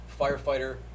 firefighter